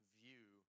view